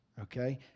okay